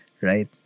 right